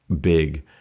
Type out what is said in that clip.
big